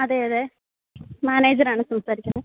അതെ അതെ മാനേജർ ആണ് സംസാരിക്കുന്നത്